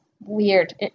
weird